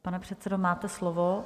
Pane předsedo, máte slovo.